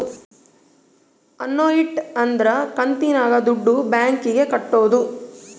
annuity ಅಂದ್ರ ಕಂತಿನಾಗ ದುಡ್ಡು ಬ್ಯಾಂಕ್ ಗೆ ಕಟ್ಟೋದು